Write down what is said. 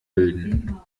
bilden